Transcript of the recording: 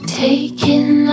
taking